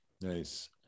Nice